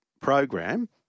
program